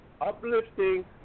uplifting